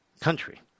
country